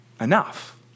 enough